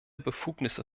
befugnisse